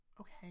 Okay